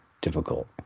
difficult